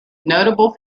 notable